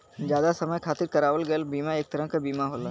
जादा समय खातिर करावल गयल बीमा एक तरह क बीमा होला